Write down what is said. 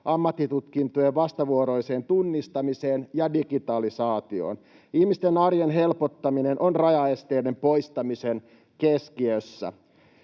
ammattitutkintojen vastavuoroiseen tunnistamiseen ja digitalisaatioon. Ihmisten arjen helpottaminen on rajaesteiden poistamisen keskiössä.